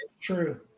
true